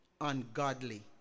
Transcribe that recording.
ungodly